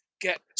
get